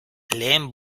lehen